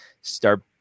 start